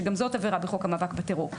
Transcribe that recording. שגם זאת עבירה בחוק המאבק בטרור.